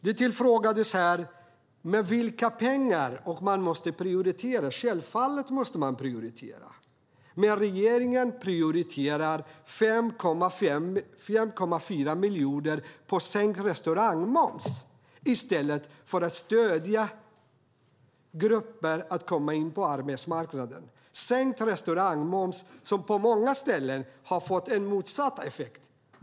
Man frågade här med vilka pengar detta ska göras. Man måste självfallet prioritera. Men regeringen prioriterar 5,4 miljoner i sänkt restaurangmoms framför att stödja grupper så att de kan komma in på arbetsmarknaden. Den sänkta restaurangmomsen har på många ställen fått motsatt effekt.